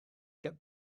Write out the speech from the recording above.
get